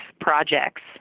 projects